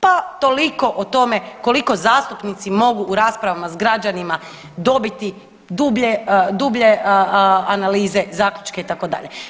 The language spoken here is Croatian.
Pa toliko o tome koliko zastupnici mogu u raspravama s građanima dobiti dublje, dublje analize, zaključke itd.